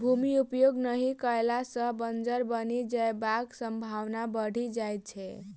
भूमि उपयोग नहि कयला सॅ बंजर बनि जयबाक संभावना बढ़ि जाइत छै